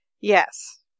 Yes